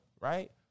right